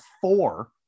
four